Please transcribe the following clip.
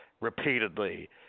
repeatedly